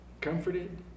comforted